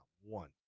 one